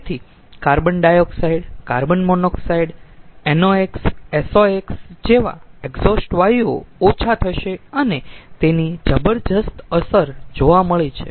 તેથી carbon dioxide carbon monoxide NOx SOx જેવા exhaust વાયુઓ ઓછા થશે અને તેની જબરદસ્ત અસર જોવા મળી છે